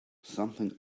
something